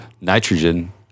nitrogen